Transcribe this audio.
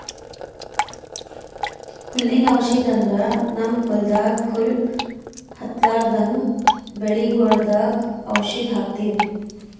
ಹುಲ್ಲಿನ್ ಔಷಧ್ ಅಂದ್ರ ನಮ್ಮ್ ಹೊಲ್ದಾಗ ಹುಲ್ಲ್ ಹತ್ತಲ್ರದಂಗ್ ಬೆಳಿಗೊಳ್ದಾಗ್ ಔಷಧ್ ಹಾಕ್ತಿವಿ